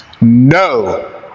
no